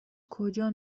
کجا